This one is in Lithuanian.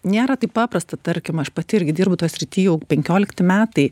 nėra taip paprasta tarkim aš pati irgi dirbu toj srityj jau penkiolikti metai